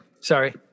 Sorry